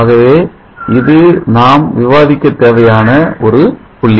ஆகவே இது நாம் விவாதிக்க தேவையான ஒரு புள்ளி